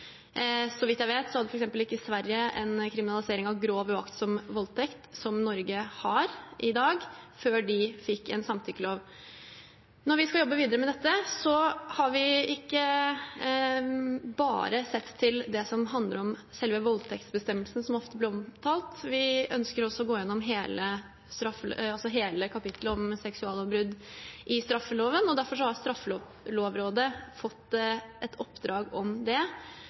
Så vidt jeg vet hadde f.eks. ikke Sverige en kriminalisering av grov uaktsom voldtekt, som Norge har i dag, før de fikk en samtykkelov. Når vi skal jobbe videre med dette, skal vi ikke bare se til det som handler om selve voldtektsbestemmelsen, som ofte blir omtalt. Vi ønsker også gå gjennom hele kapitlet om seksuallovbrudd i straffeloven. Derfor har Straffelovrådet fått et oppdrag om det.